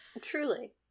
Truly